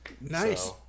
Nice